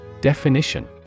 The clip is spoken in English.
Definition